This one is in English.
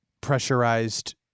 pressurized